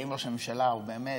האם ראש הממשלה הוא באמת,